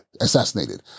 Assassinated